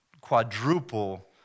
quadruple